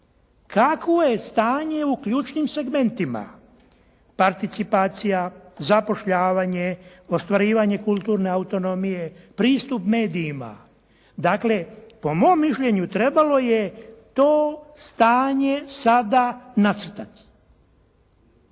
kakvo je stanje u ključnim segmentima. Participacija, zapošljavanje, ostvarivanje kulturne autonomije, pristup medijima. Dakle, po mom mišljenju trebalo je to stanje sada nacrtati.